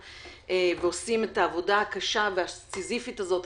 ועושים את העבודה הקשה והסיזיפית הזאת.